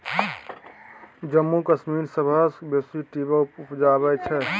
जम्मू कश्मीर सबसँ बेसी टिंबर उपजाबै छै